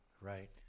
Right